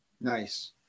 Nice